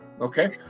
Okay